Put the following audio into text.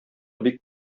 бик